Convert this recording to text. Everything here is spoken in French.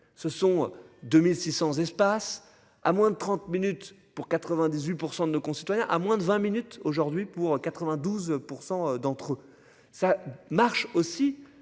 ce sont 2600 espace à moins de 30 minutes pour 98% de nos concitoyens à moins de 20 minutes aujourd'hui pour en 92% d'entre eux ça marche aussi